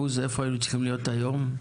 איפה היינו צריכים להיות היום?